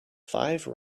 five